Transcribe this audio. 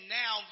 now